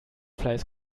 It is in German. fleiß